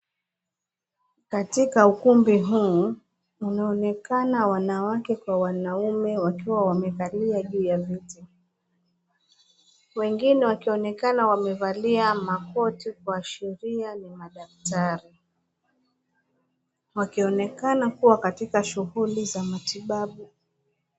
Katika ukumbi huu , unaonekana wanawake Kwa wanaume wakiwa wamekalia ju ya viti wengine wakionekana wamevalia makoti kuashiria ni madaktari wakionekana Kuwa katika mashughuli za matibabu.